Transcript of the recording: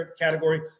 category